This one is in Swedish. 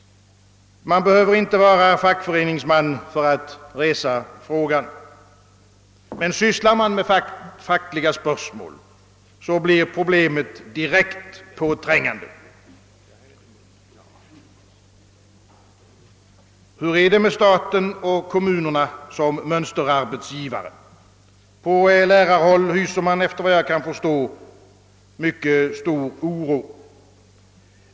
Man behöver inte vara fackföreningsman för att resa frågan, men sysslar man med fackliga spörsmål, blir problemet direkt påträngande. Hur är det med staten och kommunerna som mönsterarbetsgivare? På lärarhåll hyser man, efter vad jag kan förstå, mycket stor oro.